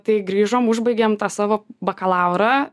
tai grįžom užbaigėm tą savo bakalaurą